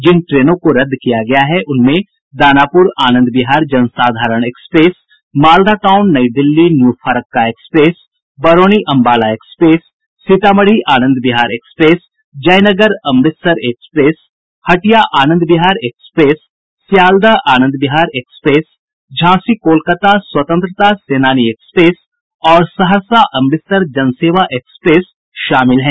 जिन ट्रेनों को रद्द किया गया है उनमें Danapur Anand Vihar Jansadharan express Malda town Nai Delhi new Farakka express Barauni Ambala express Sitamarhi Anand Vihar express Jaynagar Amritsar express Hatia Anand Vihar express Sealdah Anand Vihar express Jhansi Kolkata Swatantrata Senani express और सहरसा अमृतसर जनसेवा एक्सप्रेस शामिल हैं